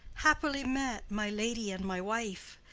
happily met, my lady and my wife!